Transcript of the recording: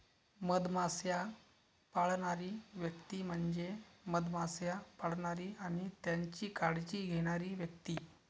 मधमाश्या पाळणारी व्यक्ती म्हणजे मधमाश्या पाळणारी आणि त्यांची काळजी घेणारी व्यक्ती